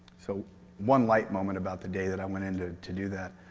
so one light moment about the day that i went into to do that,